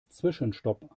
zwischenstopp